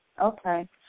Okay